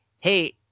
hey